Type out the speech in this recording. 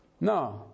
No